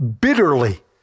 bitterly